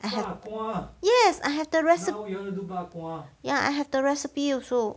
I have yes I have the recipe ya I have the recipe also